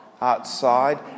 outside